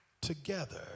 together